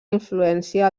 influència